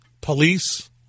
police